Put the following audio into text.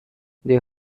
their